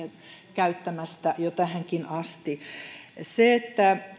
käyttämästä tähänkään asti se että